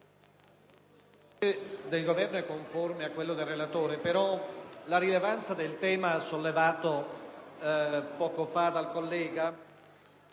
del Governo è conforme a quello del relatore, ma la rilevanza del tema sollevato poco fa dal